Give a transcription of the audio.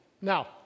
Now